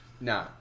No